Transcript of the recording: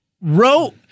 wrote